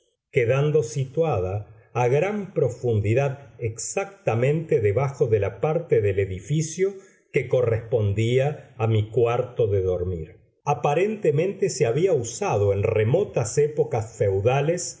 quedando situada a gran profundidad exactamente debajo de la parte del edificio que correspondía a mi cuarto de dormir aparentemente se había usado en remotas épocas feudales